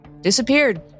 Disappeared